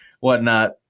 whatnot